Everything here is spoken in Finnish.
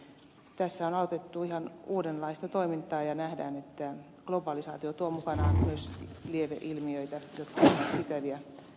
tässä on aloitettu ihan uudenlaista toimintaa ja nähdään että globalisaatio tuo mukanaan myös lieveilmiöitä jotka ovat ikäviä